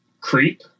creep